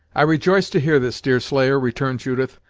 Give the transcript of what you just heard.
i rejoice to hear this, deerslayer, returned judith,